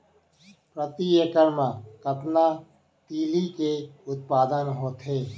प्रति एकड़ मा कतना तिलि के उत्पादन होथे?